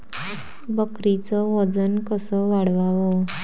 बकरीचं वजन कस वाढवाव?